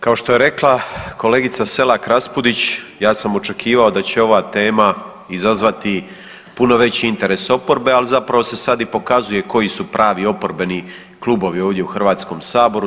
Kao što je rekla kolegica SElak RAspudić ja sam očekivao da će ova tema izazvati puno veći interes oporbe, ali zapravo se sad i pokazuje koji su pravi oporbeni klubovi ovdje u HS-u.